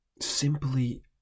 simply